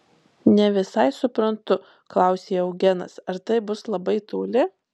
ne visai suprantu klausė eugenas ar tai bus labai toli